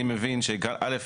אני מבין ש-א'